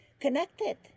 connected